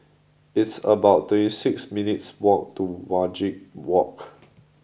it's about twenty six minutes' walk to Wajek Walk